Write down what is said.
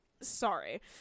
sorry